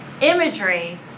imagery